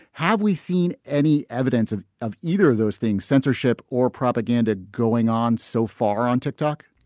have we seen any evidence of of either of those things, censorship or propaganda going on so far on tick-tock?